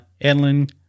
Edlin